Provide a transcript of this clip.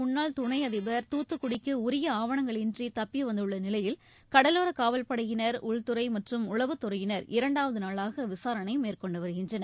முன்னாள் துணை அதிபர் தூத்துக்குடிக்கு உரிய மாலத்தீவு இன்றி தப்பி வந்துள்ள நிலையில் கடலோர ஆவணங்கள் காவல்படையினர் உள்துறை மற்றும் உளவுத் துறையினர் இரண்டாவது நாளாக விசாரணை மேற்கொண்டு வருகின்றனர்